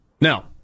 Now